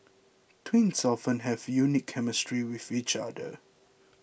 twins often have a unique chemistry with each other